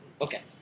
Okay